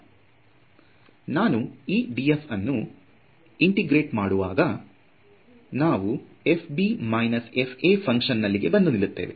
ಈಗ ನಾನು ಈ df ಅನ್ನು ಇಂಟೆಗ್ರಟ್ ಮಾಡುವಾಗ ನಾವು fb fa ಫುನಕ್ಷನ್ ನಲ್ಲಿಗೆ ಬಂದು ನಿಲ್ಲುತ್ತೇವೆ